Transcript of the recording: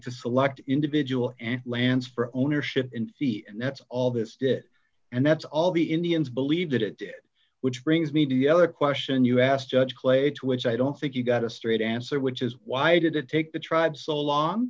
to select individual and lands for ownership in c and that's all this did and that's all the indians believe that it did which brings me to the other question you asked judge clay to which i don't think you got a straight answer which is why did it take the tribe so long